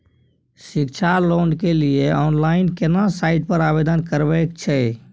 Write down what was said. शिक्षा लोन के लिए ऑनलाइन केना साइट पर आवेदन करबैक छै?